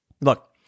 look